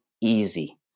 easy